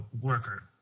worker